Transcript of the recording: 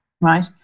right